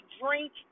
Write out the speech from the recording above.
drink